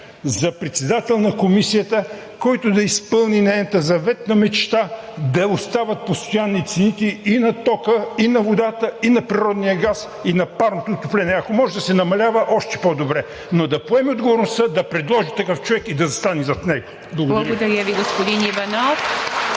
за председател на Комисията, който да изпълни нейната заветна мечта да останат постоянни цените и на тока, и на водата, и на природния газ, и на парното отопление. Ако може да се намаляват – още по-добре, но да поеме отговорността да предложи такъв човек и да застане зад него. Благодаря Ви. (Ръкопляскания